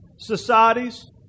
Societies